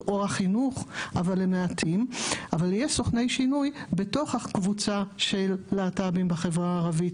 איזה תנאים בסביבה החברתית,